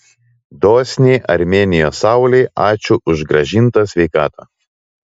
dosniai armėnijos saulei ačiū už grąžintą sveikatą